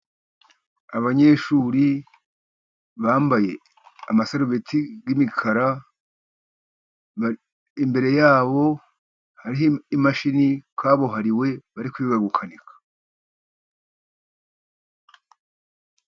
Abanyeshuri bambaye amasarubeti y'imikara, imbere yabo hari imashini kabuhariwe bari kwiga gukanika.